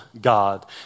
God